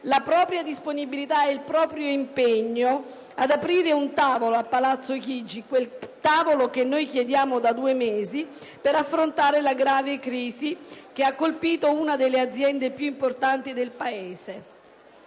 la propria disponibilità ed il proprio impegno ad aprire un tavolo a Palazzo Chigi, quel tavolo che noi chiediamo da due mesi, per affrontare la grave crisi che ha colpito una delle aziende più importanti del Paese.